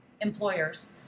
employers